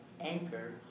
anchor